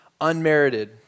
unmerited